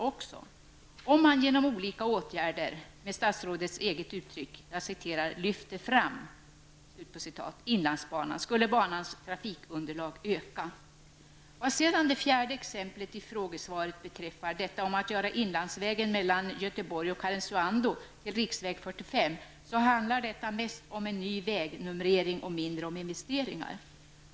Om man genom olika åtgärder -- med statsrådets eget uttryck -- ''lyfter fram'' Vad sedan det fjärde exemplet i frågesvaret beträffar -- detta om att göra inlandsvägen mellan Göteborg och Karesuando till riksväg 45 -- så handlar det mest om en ny vägnumrering och mindre om investeringar.